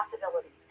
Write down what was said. possibilities